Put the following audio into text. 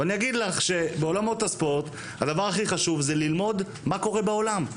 ואני אגיד לך שבעולמות הספורט הדבר הכי חשוב זה ללמוד מה קורה בעולם,